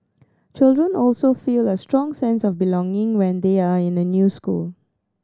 children also feel a strong sense of belonging when they are in a new school